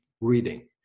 reading